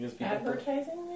Advertising